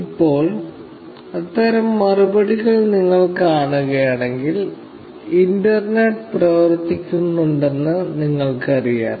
ഇപ്പോൾ അത്തരം മറുപടികൾ നിങ്ങൾ കാണുകയാണെങ്കിൽ ഇന്റർനെറ്റ് പ്രവർത്തിക്കുന്നുണ്ടെന്ന് നിങ്ങൾക്കറിയാം